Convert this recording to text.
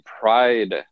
pride